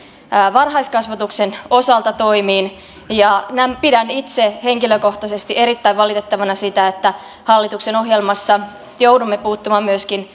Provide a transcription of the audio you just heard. varhaiskasvatuksen osalta toimiin ja pidän itse henkilökohtaisesti erittäin valitettavana sitä että hallituksen ohjelmassa joudumme puuttumaan myöskin